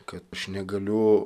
kad aš negaliu